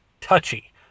touchy